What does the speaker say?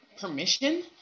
permission